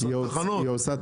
היא עושה תחנות.